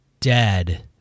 dead